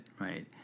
right